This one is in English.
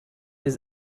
his